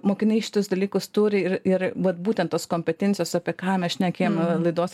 mokiniai šituos dalykus turi ir ir vat būtent tos kompetencijos apie ką mes šnekėjom laidos